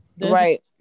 right